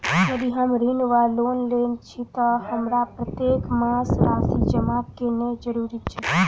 यदि हम ऋण वा लोन लेने छी तऽ हमरा प्रत्येक मास राशि जमा केनैय जरूरी छै?